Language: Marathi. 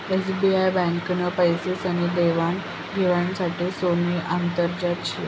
एसबीआई ब्यांकनं पैसासनी देवान घेवाण साठे सोतानं आंतरजाल शे